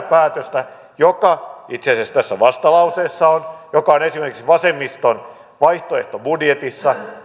päätöstä joka itse asiassa tässä vastalauseessa on joka on esimerkiksi vasemmiston vaihtoehtobudjetissa